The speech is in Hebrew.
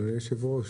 אדוני היושב-ראש,